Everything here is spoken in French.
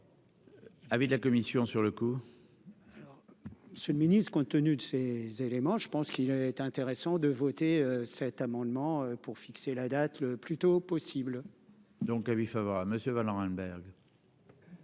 Avis de la commission sur le coup. Alors. C'est le ministre compte tenu de ces éléments, je pense qu'il est intéressant de voter cet amendement pour fixer la date le plus tôt possible. Donc, avis favorable Monsieur valant.